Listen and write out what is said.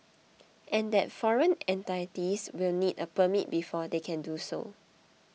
and that foreign entities will need a permit before they can do so